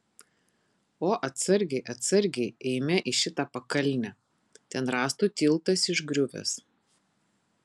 o atsargiai atsargiai eime į šitą pakalnę ten rąstų tiltas išgriuvęs